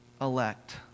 elect